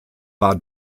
war